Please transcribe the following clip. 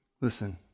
listen